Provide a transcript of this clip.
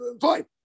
fine